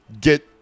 Get